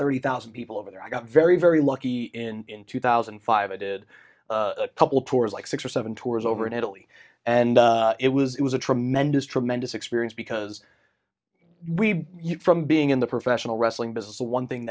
thirty thousand people over there i got very very lucky in in two thousand and five i did a couple tours like six or seven tours over in italy and it was it was a tremendous tremendous experience because we you from being in the professional wrestling business the one thing